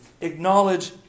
acknowledge